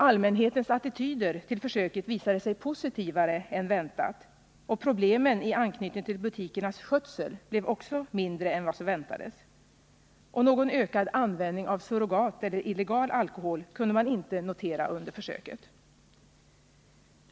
Allmänhetens attityder till försöket visade sig positivare än väntat, och problemen i anknytning till butikernas skötsel blev också mindre än vad som väntades. Någon ökad användning av surrogat eller illegal alkohol under försökstiden kunde man inte notera.